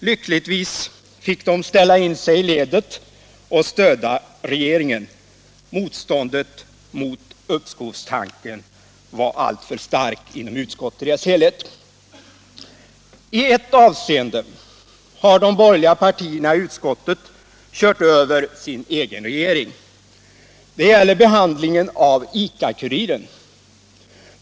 Lyckligtvis fick de ställa in sig i ledet och stödja regeringen —- motståndet mot uppskovstanken var allt för starkt inom utskottet i dess helhet. I ett avseende har de borgerliga partierna i utskottet kört över sin egen regering. Det gäller behandlingen av ICA-Kuriren.